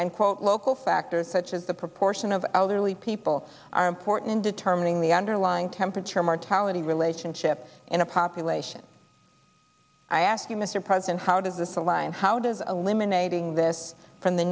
and local factors as the proportion of elderly people are important determining the underlying temperature mortality relationship in a population i ask you mr president how does this align how does a limb and this from the